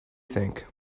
think